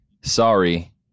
Sorry